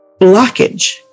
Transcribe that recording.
blockage